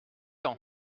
ans